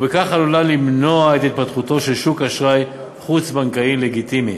ובכך עלולה למנוע את התפתחותו של שוק אשראי חוץ-בנקאי לגיטימי.